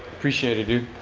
appreciate it, dude.